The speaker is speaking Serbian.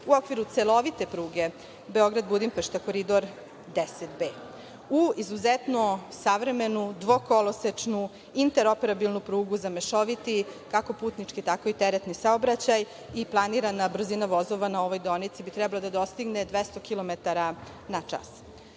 u okviru celovite pruge Beograd-Budimpešta, Koridor 10B, u izuzetno savremenu dvokolosečnu interoperabilnu prugu za mešoviti, kako putnički, tako i teretni saobraćaj i planirana brzina vozova na ovoj deonici bi trebala da dostigne 200 kilometara